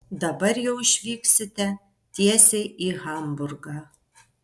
dabar jau išvyksite tiesiai į hamburgą